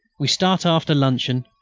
we start after luncheon,